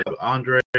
Andre